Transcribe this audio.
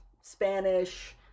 Spanish